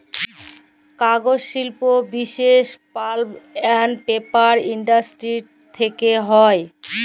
কাগজ শিল্প বিশেষ পাল্প এল্ড পেপার ইলডাসটিরি থ্যাকে হ্যয়